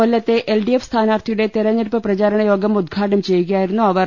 കൊല്ലത്തെ എൽഡിഎഫ് സ്ഥാനാർഥിയുട്ടെ തെരഞ്ഞെടുപ്പ് പ്രചാരണ യോഗം ഉദ്ഘാടനം ചെയ്യുകയായിരുന്നു അവർ